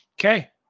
okay